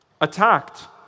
attacked